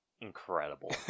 incredible